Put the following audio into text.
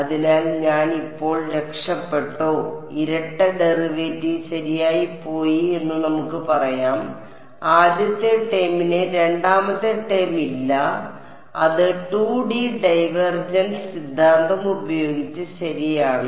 അതിനാൽ ഞാൻ ഇപ്പോൾ രക്ഷപ്പെട്ടോ ഇരട്ട ഡെറിവേറ്റീവ് ശരിയായി പോയി എന്ന് നമുക്ക് പറയാം ആദ്യത്തെ ടേമിന് രണ്ടാമത്തെ ടേം ഇല്ല അത് 2D ഡൈവേർജൻസ് സിദ്ധാന്തം ഉപയോഗിച്ച് ശരിയാണ്